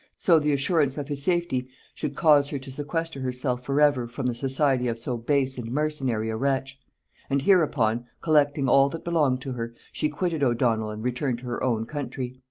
so the assurance of his safety should cause her to sequester herself for ever from the society of so base and mercenary a wretch and hereupon, collecting all that belonged to her, she quitted o'donnel and returned to her own country.